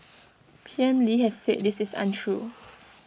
P M lee has said this is untrue